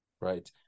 right